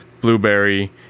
Blueberry